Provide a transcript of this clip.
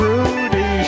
Rudy